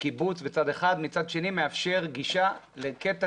הקיבוץ מצד אחד ומצד שני מאפשר גישה לקטע